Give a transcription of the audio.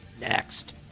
Next